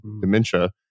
dementia